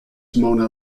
mona